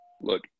look